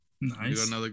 Nice